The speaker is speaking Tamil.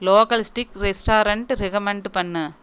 லோக்கல் ஸ்டீக் ரெஸ்டாரன்ட் ரிகமண்டு பண்ணு